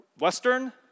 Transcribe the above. Western